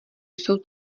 jsou